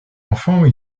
enfants